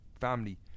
family